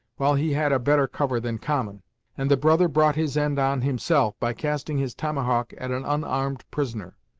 while he had a better cover than common and the brother brought his end on himself, by casting his tomahawk at an unarmed prisoner.